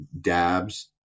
dabs